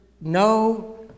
no